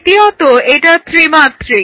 দ্বিতীয়ত এটা ত্রিমাত্রিক